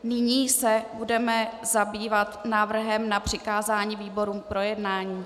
Nyní se budeme zabývat návrhem na přikázání výborům k projednání.